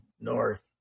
north